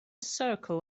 circle